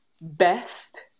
best